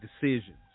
decisions